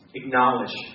acknowledge